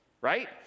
right